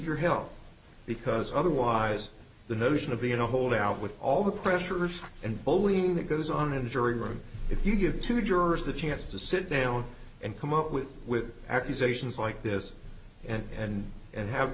your help because otherwise the notion of being a hold out with all the pressures and bullying that goes on in the jury room if you give two jurors the chance to sit down and come up with with accusations like this and and and have